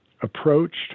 approached